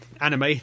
Anime